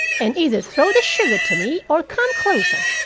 and either throw the sugar to me or come closer.